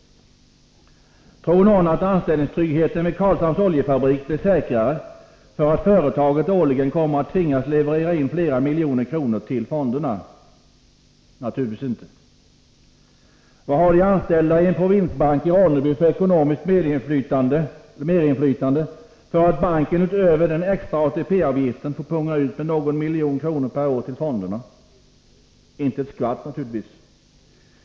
Tror någon att anställningstryggheten vid Karlshamns Oljefabriker blir säkrare för att företaget årligen kommer att tvingas leverera in flera miljoner kronor till fonderna? Naturligtvis inte. Tvärtom. Vad har de anställda i en provinsbank i Ronneby för ekonomiskt merinflytande för att banken utöver den extra ATP-avgiften får punga ut med någon miljon kronor per år till fonderna? Inte ett skvatt, naturligtvis.